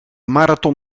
marathon